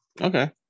Okay